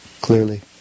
clearly